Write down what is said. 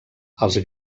els